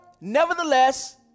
Nevertheless